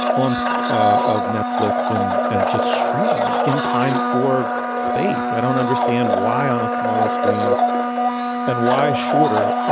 off of netflix and and just shrinking it in time or space. i don't understand why on a smaller screen and why shorter.